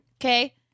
Okay